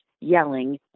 yelling